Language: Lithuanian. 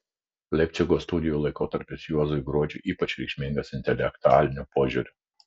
leipcigo studijų laikotarpis juozui gruodžiui ypač reikšmingas intelektualiniu požiūriu